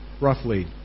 roughly